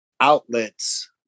outlets